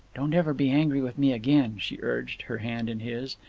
don't ever be angry with me again, she urged, her hands in his.